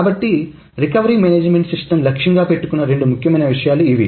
కాబట్టి recovery management system లక్ష్యంగా పెట్టుకున్న రెండు ముఖ్యమైన విషయాలు ఇవి